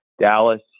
Dallas